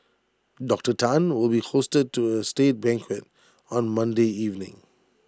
Doctor Tan will be hosted to A state banquet on Monday evening